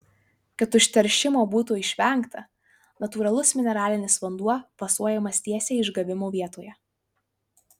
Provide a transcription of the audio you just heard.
kad užteršimo būtų išvengta natūralus mineralinis vanduo fasuojamas tiesiai išgavimo vietoje